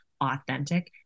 authentic